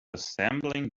assembling